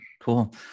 cool